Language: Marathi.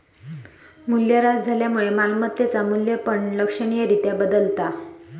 मूल्यह्रास झाल्यामुळा मालमत्तेचा मू्ल्य पण लक्षणीय रित्या बदलता